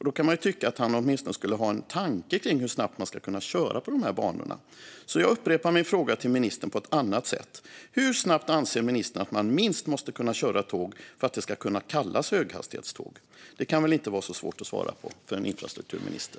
Då kan man tycka att han åtminstone borde ha en tanke kring hur snabbt man ska kunna köra på de här banorna. Jag upprepar därför min fråga till ministern på ett annat sätt: Hur snabbt anser ministern att man minst måste kunna köra ett tåg för att det ska kunna kallas höghastighetståg? Det kan väl inte vara så svårt att svara på för en infrastrukturminister.